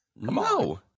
No